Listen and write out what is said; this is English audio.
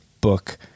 book